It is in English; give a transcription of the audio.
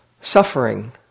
suffering